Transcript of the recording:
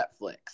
netflix